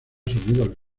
sonidos